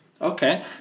Okay